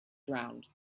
drowned